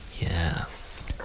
Yes